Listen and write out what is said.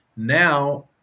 Now